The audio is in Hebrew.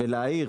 ולהעיר,